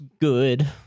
good